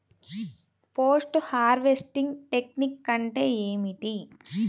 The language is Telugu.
పోస్ట్ హార్వెస్టింగ్ టెక్నిక్ అంటే ఏమిటీ?